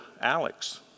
Alex